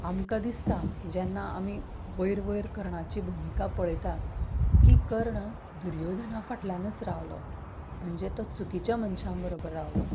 आमकां दिसता जेन्ना आमी वयर वयर कर्णाची भुमिका पळयतात की कर्ण दुर्योधना फाटल्यानच राविल्लो म्हणजे तो चुकिच्या मनशां बरोबर राविल्लो